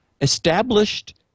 established